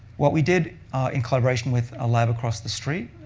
what we did in collaboration with a lab across the street,